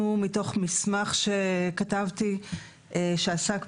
נותנת את המענה שנדרש וכשאזרח נדרש להשתמש